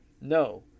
No